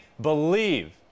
believe